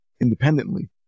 independently